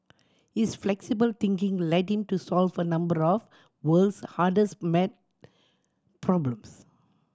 is flexible thinking led him to solve a number of world's hardest maths problems